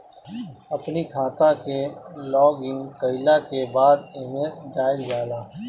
अपनी खाता के लॉगइन कईला के बाद एमे जाइल जाला